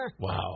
Wow